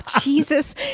Jesus